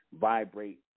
vibrate